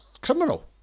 criminal